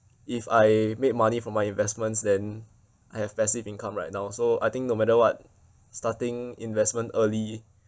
if I make money for my investments then I have passive income right now so I think no matter what starting investment early